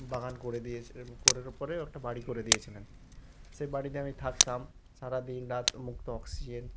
বাগান করে দিয়েছিলেন করেরও পরে ও একটা বাড়ি করে দিয়েছিলেন সে বাড়িতে আমি থাকতাম সারা দিন রাত মুক্ত অক্সিজেন